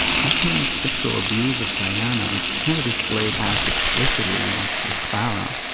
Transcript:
hoffman's sexual abuse of diana is never displayed as explicitly as with clara,